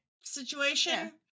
situation